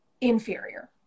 inferior